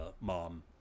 mom